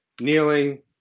Kneeling